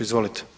Izvolite.